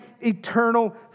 eternal